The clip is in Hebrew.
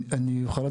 אני יכול,